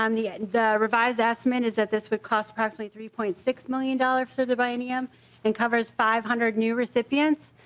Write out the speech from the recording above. um the the revised estimate is that this would cost approximately three point six nine dollars for the biennium and covers five hundred new recipients.